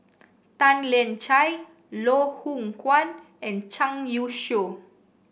Tan Lian Chye Loh Hoong Kwan and Zhang Youshuo